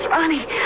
Ronnie